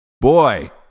boy